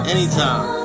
Anytime